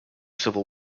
civil